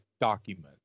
document